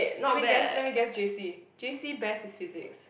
let me guess let me guess j_c j_c best is physics